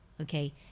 okay